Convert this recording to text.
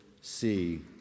see